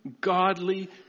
godly